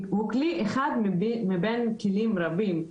הוא כלי אחד מבין כלים רבים.